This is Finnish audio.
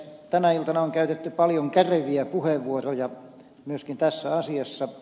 tänä iltana on käytetty paljon kärkeviä puheenvuoroja myöskin tässä asiassa